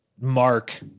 Mark